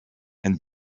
and